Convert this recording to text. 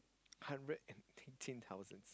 hundred and eighteen thousands